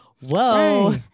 whoa